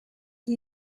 was